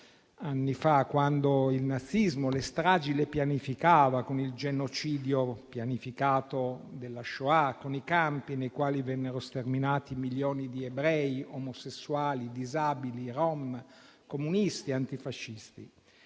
fa, quando il nazismo le stragi le pianificava con il genocidio pianificato della Shoah, con i campi nei quali vennero sterminati milioni di ebrei, omosessuali, disabili, rom, comunisti e antifascisti.